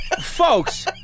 folks